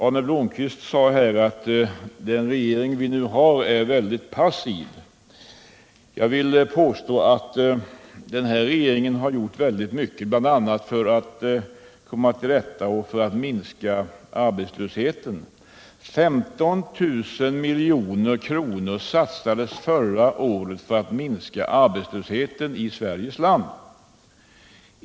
Arne Blomkvist sade att den regering vi nu har är väldigt passiv. Jag vill påstå att den här regeringen har gjort väldigt mycket bl.a. för att minska arbetslösheten. 15 000 milj.kr. satsades förra året för att minska arbetslösheten i Sveriges land.